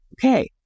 okay